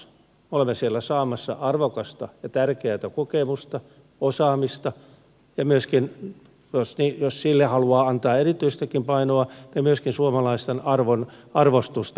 me olemme siellä saamassa arvokasta ja tärkeätä kokemusta osaamista ja myöskin jos sille haluaa antaa erityistäkin painoa suomalaisten arvostusta kohottamassa